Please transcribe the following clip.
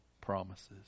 promises